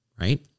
right